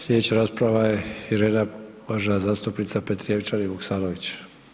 Slijedeća rasprava je Irena, uvažena zastupnica Petrijevčanin Vuksanović.